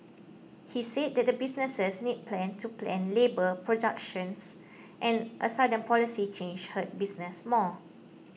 he said that the businesses need plan to plan labour productions and a sudden policy change hurt businesses more